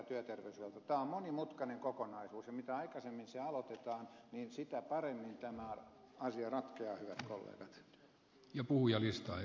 tämä on monimutkainen kokonaisuus ja mitä aikaisemmin se aloitetaan sitä paremmin tämä asia ratkeaa hyvät kollegat